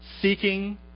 seeking